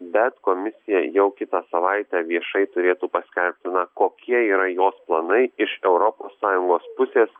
bet komisija jau kitą savaitę viešai turėtų paskelbti kokie yra jos planai iš europos sąjungos pusės